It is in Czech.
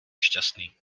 šťastný